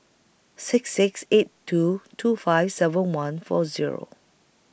six six eight two two five seven one four Zero